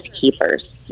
Keepers